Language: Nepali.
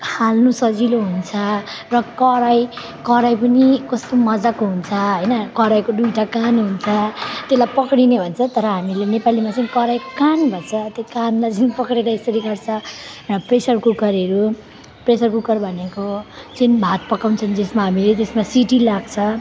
हाल्नु सजिलो हुन्छ र कराई कराई पनि कस्तो मजाको हुन्छ हैन कराईको दुईटा कान हुन्छ त्यसलाई पक्डिने भन्छ तर हामीले चाहिँ नेपालीमा कराईको कान भन्छ त्यो कानलाई चाहिँ पक्डेर यसरी गर्छ र प्रेसर कुकरहरू प्रेसर कुकर भनेको जुन भात पकाउँछन् जसमा हामीले जसमा सिटी लाग्छ